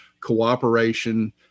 cooperation